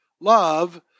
love